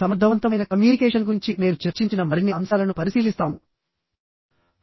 సమర్థవంతమైన కమ్యూనికేషన్ గురించి నేను చర్చించిన మరిన్ని అంశాలను పరిశీలిస్తాము